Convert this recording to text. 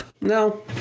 no